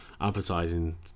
advertising